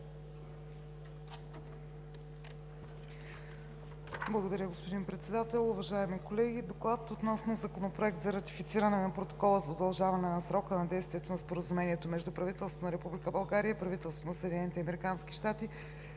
Благодаря госпожо Председател.